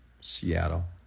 Seattle